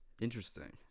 Interesting